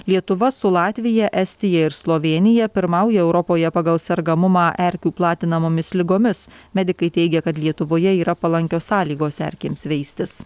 lietuva su latvija estija ir slovėnija pirmauja europoje pagal sergamumą erkių platinamomis ligomis medikai teigia kad lietuvoje yra palankios sąlygos erkėms veistis